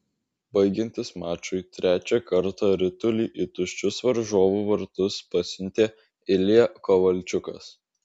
baigiantis mačui trečią kartą ritulį į tuščius varžovų vartus pasiuntė ilja kovalčiukas